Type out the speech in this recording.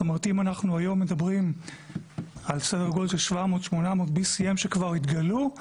אם אנחנו היום מדברים על סדר גודל של BCM700 800 שכבר התגלו,